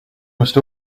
must